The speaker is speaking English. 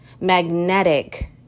magnetic